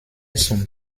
zum